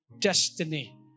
destiny